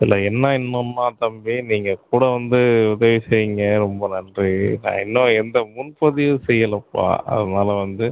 இல்லை என்ன இன்னுமா தம்பி நீங்கள் கூட வந்து உதவி செய்ங்க ரொம்ப நன்றி நான் இன்னும் எந்த முன்பதிவும் செய்யலப்பா அதனால் வந்து